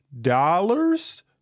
dollars